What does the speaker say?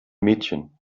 mädchen